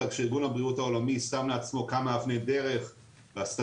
רק שארגון הבריאות העולמי שם לעצמו כמה אבני דרך והסטטיסטיקה